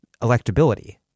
electability